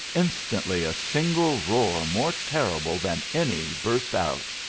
instantly a single roar more terrible than any burst out,